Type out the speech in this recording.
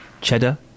cheddar